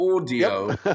audio